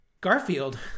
Garfield